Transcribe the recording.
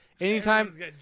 Anytime